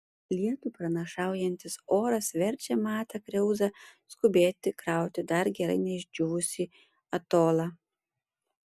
lietų pranašaujantis oras verčia matą kriauzą skubėti krauti dar gerai neišdžiūvusį atolą